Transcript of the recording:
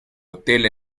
hotel